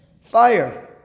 fire